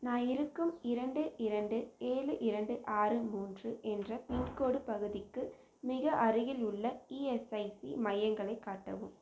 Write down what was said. நான் இருக்கும் இரண்டு இரண்டு ஏழு இரண்டு ஆறு மூன்று என்ற பின்கோடு பகுதிக்கு மிக அருகில் உள்ள இஎஸ்ஐசி மையங்களைக் காட்டவும்